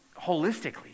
holistically